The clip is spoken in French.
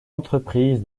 entreprise